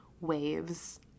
waves